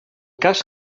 cas